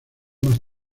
más